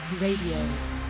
Radio